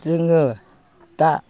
जोङो दा